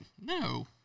No